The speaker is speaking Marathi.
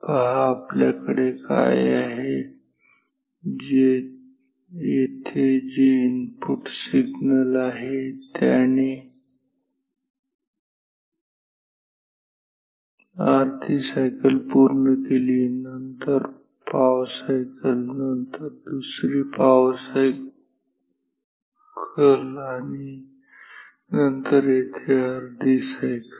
पहा आपल्याकडे काय आहे येथे जे इनपुट सिग्नल आहे त्याने येथे अर्धी सायकल पूर्ण केली नंतर पाव सायकल नंतर दुसरी पाव सायकल आणि नंतर येथे अर्धी सायकल